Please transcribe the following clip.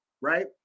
right